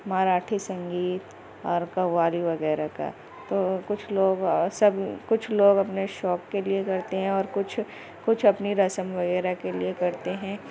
مراٹھی سنگیت اور قوالی وغیرہ کا تو کچھ لوگ سب کچھ لوگ اپنے شوق کے لیے کرتے ہیں اور کچھ کچھ اپنی رسم وغیرہ کے لیے کرتے ہیں